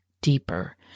deeper